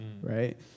right